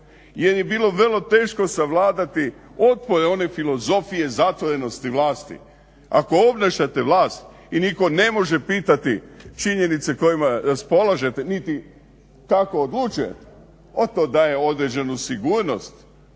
jer je bilo vrlo teško savladati otpore one filozofije zatvorenosti vlasti. Ako obnašate vlast i nitko ne može pitati činjenice kojima raspolažete niti kako odlučujete …/Govornik se